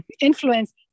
influence